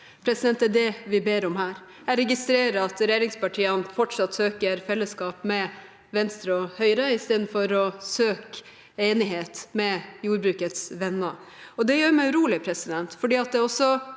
ærlige tall. Det er det vi ber om her. Jeg registrerer at regjeringspartiene fortsatt søker fellesskap med Venstre og Høyre i stedet for å søke enighet med jordbrukets venner. Det gjør meg urolig, for det er